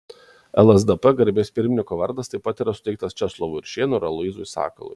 lsdp garbės pirmininko vardas taip pat yra suteiktas česlovui juršėnui ir aloyzui sakalui